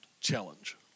challenge